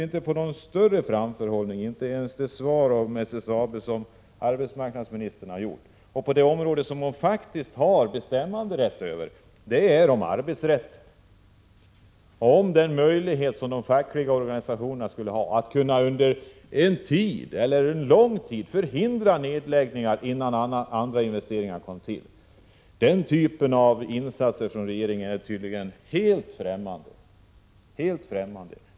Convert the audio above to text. Inte ens det svar om SSAB:s strukturplan som arbetsmarknadsministern har lämnat tyder på någon större framförhållning. Det område där hon faktiskt har bestämmanderätt är arbetsrätten. Vad gäller de fackliga organisationernas möjlighet att under en lång tid förhindra nedläggningar, fram till dessa att nya investeringar tillkommer, är regeringen tydligen helt främmande inför några satsningar.